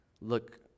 look